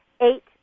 eight